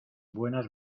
buenas